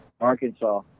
Arkansas